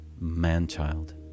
man-child